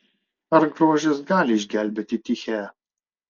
ar grožis gali išgelbėti tichę